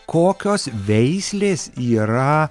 kokios veislės yra